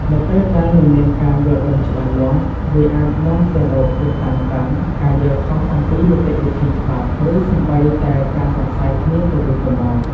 នៅពេលដែលមិនមានការយល់ដឹងច្បាស់លាស់ វាអាចនាំទៅរកភាពតានតឹង ការយល់ខុសអំពីនីតិវិធីច្បាប់ ឬសូម្បីតែការសង្ស័យគ្នាទៅវិញទៅមក។